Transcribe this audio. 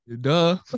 duh